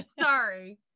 Sorry